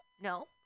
No